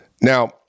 Now